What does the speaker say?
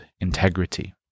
integrity